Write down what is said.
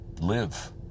live